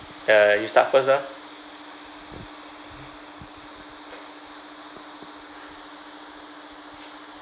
ya you start first ah